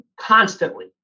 constantly